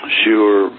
sure